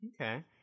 Okay